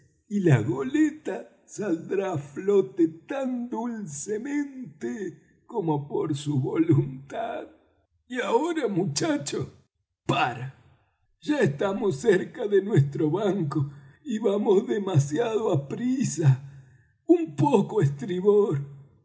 y la goleta saldrá á flote tan dulcemente como por su voluntad y ahora muchacho pára ya estamos cerca de nuestro banco y vamos demasiado aprisa un poco á estribor